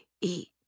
eat